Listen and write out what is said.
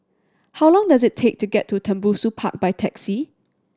how long does it take to get to Tembusu Park by taxi